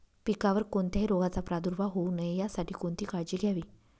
पिकावर कोणत्याही रोगाचा प्रादुर्भाव होऊ नये यासाठी कोणती काळजी घ्यावी?